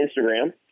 Instagram